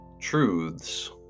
truths